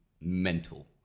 mental